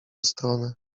stronę